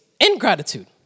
ingratitude